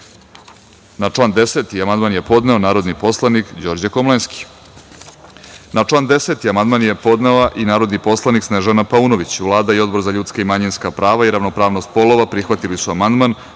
član 10. amandman je podneo narodni poslanik Đorđe Komlenski. Niko ne želi reč. Na član 10. amandman je podnela narodni poslanik Snežana Paunović. Vlada i Odbor za ljudska i manjinska prava i ravnopravnost polova prihvatili su amandman,